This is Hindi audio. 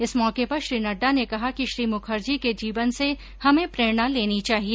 इस मौके पर श्री नड्डा ने कहा कि श्री मुखर्जी के जीवन से हमें प्रेरणा लेनी चाहिए